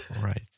right